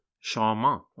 Charmant